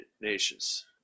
Nations